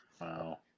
Wow